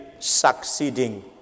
succeeding